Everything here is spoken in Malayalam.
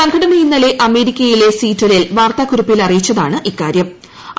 സംഘടന ഇന്നലെ അമേരിക്കയിലെ സീറ്റലിൽ വാർത്താക്കുറിപ്പിൽ അറിയിച്ചതാണ് ഇക്കാരൃം